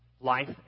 life